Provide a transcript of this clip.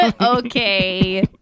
Okay